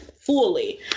fully